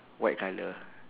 white colour